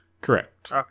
Correct